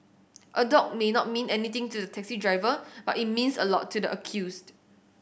a dog may not mean anything to the taxi driver but it meant a lot to the accused